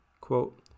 Quote